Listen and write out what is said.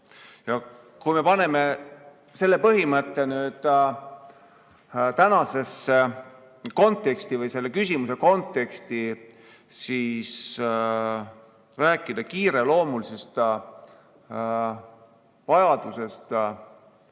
Ja kui me paneme selle põhimõtte tänasesse konteksti või selle küsimuse konteksti, siis rääkida kiireloomulisest vajadusest